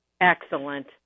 Excellent